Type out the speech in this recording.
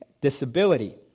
disability